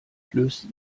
flößte